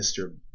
Mr